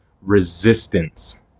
resistance